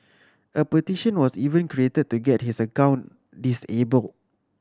a petition was even created to get his account disabled